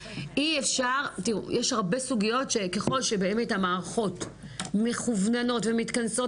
יש הרבה סוגיות שככל שבאמת המערכות מכווננות ומתכנסות,